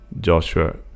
Joshua